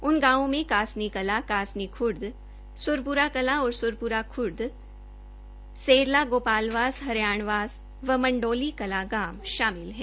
उन गावों में कासनी कला कासनी खूद सुरपुरा कला और सुरपुरा खुर्द सिधनवां सेरला गोपालवास हरियावास व मंढोली कला गांव शामिल हैं